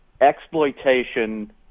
exploitation